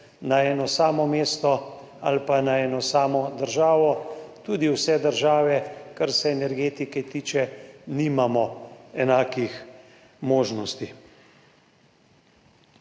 na eno samo mesto ali pa na eno samo državo. Tudi vse države, kar se energetike tiče, nimamo enakih možnosti.